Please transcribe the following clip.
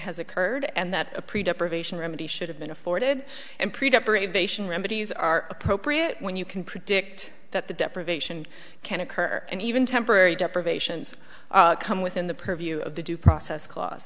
has occurred and that a predisposition remedy should have been afforded and remedies are appropriate when you can predict that the deprivation can occur and even temporary deprivations come within the purview of the due process cla